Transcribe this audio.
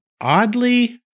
Oddly